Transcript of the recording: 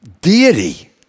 deity